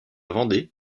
vendée